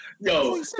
Yo